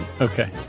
Okay